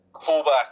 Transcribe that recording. fullback